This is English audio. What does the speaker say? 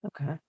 Okay